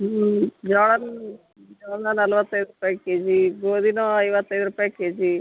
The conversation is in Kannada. ಹ್ಞೂ ಜೋಳನೂ ಜೋಳ ನಲವತ್ತೈದು ರೂಪಾಯಿ ಕೆಜಿ ಗೋಧಿನೂ ಐವತ್ತೈದು ರೂಪಾಯಿ ಕೆಜಿ